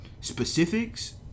specifics